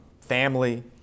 family